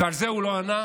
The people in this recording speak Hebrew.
ועל זה הוא לא ענה,